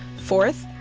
fourth,